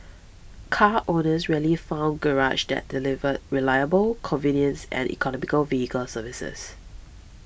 car owners rarely found garages that delivered reliable convenience and economical vehicle services